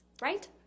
Right